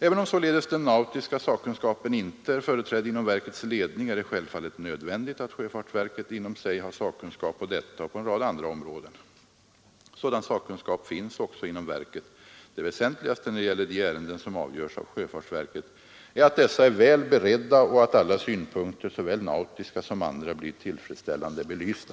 Även om således den nautiska sakkunskapen inte är företrädd inom verkets ledning är det självfallet nödvändigt att sjöfartsverket inom sig har sakkunskap på detta och på en rad andra områden. Sådan sakkunskap finns också inom verket. Det väsentligaste när det gäller de ärenden som avgörs av sjöfartsverket är att dessa är väl beredda och att alla synpunkter — såväl nautiska som andra — blir tillfredsställande belysta.